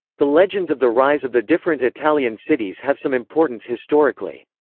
the legends of the rise of the different italian cities have some importance historically.